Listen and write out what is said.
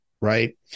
Right